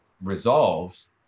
resolves